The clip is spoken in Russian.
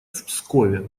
пскове